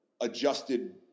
adjusted